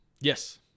Yes